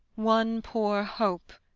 one poor hope,